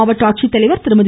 மாவட்ட ஆட்சித்தலைவர் திருமதி